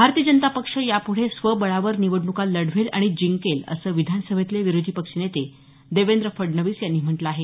भारतीय जनता पक्ष याप्ढे स्वबळावर निवडण्का लढवेल आणि जिंकेल असं विधानसभेतले विरोधी पक्षनेते देवेंद्र फडणवीस यांनी म्हटलं आहे